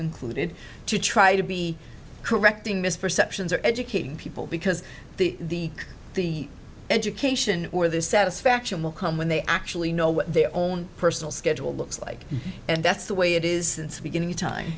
included to try to be correcting misperceptions or educating people because the education or the satisfaction will come when they actually know what their own personal schedule looks like and that's the way it is the beginning of time